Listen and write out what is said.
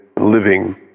living